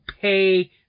pay